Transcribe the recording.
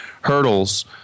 hurdles